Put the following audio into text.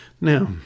Now